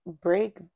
break